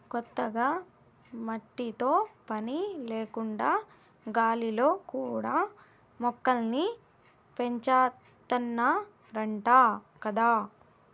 కొత్తగా మట్టితో పని లేకుండా గాలిలో కూడా మొక్కల్ని పెంచాతన్నారంట గదా